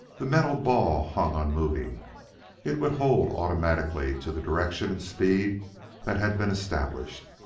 the metal ball hung unmoving it would hold automatically to the direction and speed that had been established.